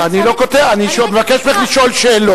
אני רוצה, אני לא קוטע, אני מבקש ממך לשאול שאלות.